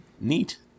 Neat